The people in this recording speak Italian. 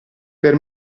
per